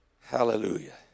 Hallelujah